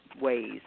ways